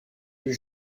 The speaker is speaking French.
plus